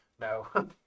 no